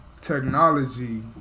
technology